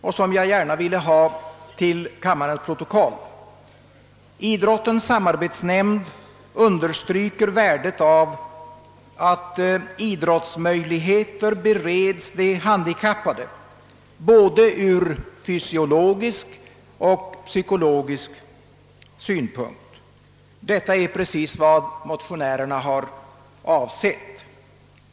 Jag vill gärna ha detta uttalande till kammarens protokoll: »Idrottens samarbetsnämnd understryker värdet av att idrottsmöjligheter bereds de handikappade ur både fysiologisk och psykologisk synpunkt.» Detta är precis vad motionärerna avsett.